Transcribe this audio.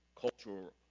cultural